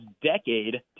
decade